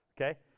Okay